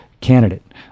candidate